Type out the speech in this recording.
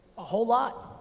a whole lot.